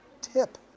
Tip